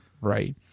right